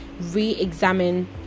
re-examine